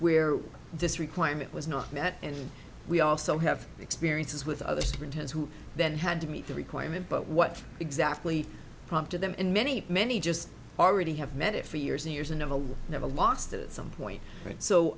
where this requirement was not met and we also have experiences with other students who then had to meet the requirement but what exactly prompted them and many many just already have met it for years and years and never was never lost to some point so